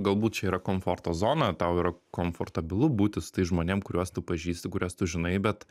galbūt čia yra komforto zona tau yra komfortabilu būti su tais žmonėm kuriuos tu pažįsti kuriuos tu žinai bet